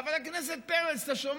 חבר הכנסת פרץ, אתה שומע?